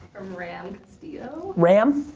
ram castillo. ram?